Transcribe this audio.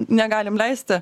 negalim leisti